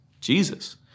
Jesus